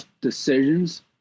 decisions